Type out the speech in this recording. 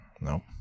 No